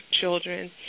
children